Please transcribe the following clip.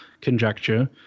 conjecture